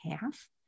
half